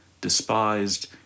despised